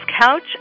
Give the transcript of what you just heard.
Couch